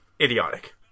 idiotic